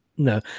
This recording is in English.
No